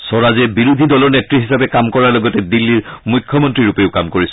স্বৰাজে বিৰোধী দলৰ নেত্ৰী হিচাপে কাম কৰাৰ লগতে দিল্লীৰ মুখ্যমন্ত্ৰী ৰূপেও কাম কৰিছিল